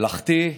מלאכתי,